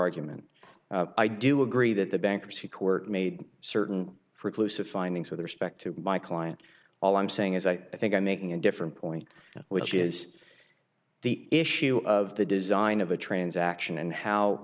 argument i do agree that the bankruptcy court made certain for occlusive findings with respect to my client all i'm saying is i think i'm making a different point which is the issue of the design of a transaction and how